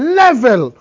level